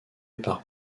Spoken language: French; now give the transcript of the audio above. par